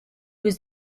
was